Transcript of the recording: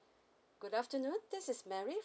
good afternoon this is mary